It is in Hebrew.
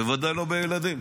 בוודאי לא בילדים.